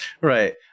Right